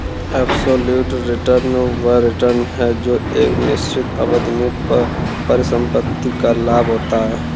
absolute return वह return है जो एक निश्चित अवधि में परिसंपत्ति का लाभ होता है